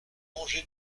mangé